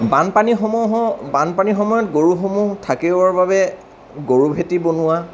বানপানীসমূহ বানপানীৰ সময়ত গৰুসমূহ থাকিবৰ বাবে গৰুভেটি বনোৱা